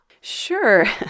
Sure